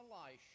Elisha